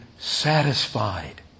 satisfied